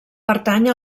pertany